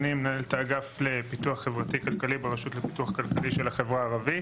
מנהל אגף לפיתוח חברתי-כלכלי ברשות לפיתוח כלכלי של החברה הערבית.